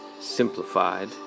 Simplified